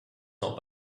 not